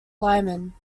lyman